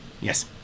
Yes